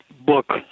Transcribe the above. book